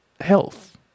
health